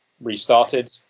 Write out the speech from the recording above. restarted